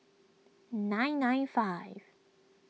nine nine five